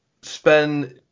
spend –